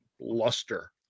luster